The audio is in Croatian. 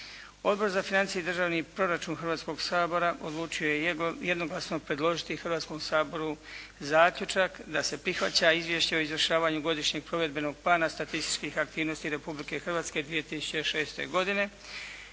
Odbor za financije i državni proračun Hrvatskog sabora odlučio je jednoglasno predložiti Hrvatskom saboru zaključak da se prihvaća Izvješće o izvršavanju Godišnjeg provedbenog plana statističkih aktivnosti Republike Hrvatske 2006. godine.